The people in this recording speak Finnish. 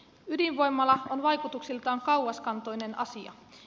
ydinvoimala on vaikutuksiltaan kauaskantoinen asia